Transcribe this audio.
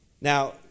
Now